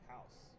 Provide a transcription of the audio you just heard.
House